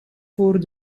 voor